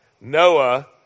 Noah